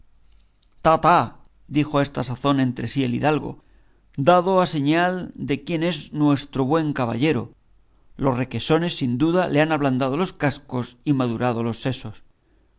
dijo a esta sazón entre sí el hidalgo dado ha señal de quién es nuestro buen caballero los requesones sin duda le han ablandado los cascos y madurado los sesos